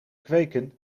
kweken